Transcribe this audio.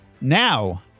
Now